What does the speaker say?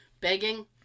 begging